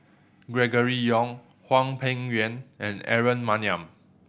Gregory Yong Hwang Peng Yuan and Aaron Maniam